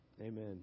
Amen